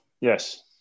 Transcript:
Yes